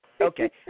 Okay